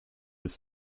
with